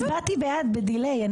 הצבעתי בעד בדיליי.